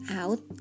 out